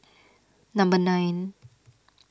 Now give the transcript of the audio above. number nine